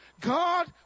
God